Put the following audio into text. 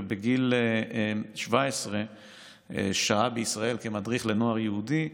ובגיל 17 שהה בישראל כמדריך לנוער יהודי.